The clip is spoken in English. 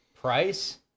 price